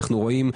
אנו רואים,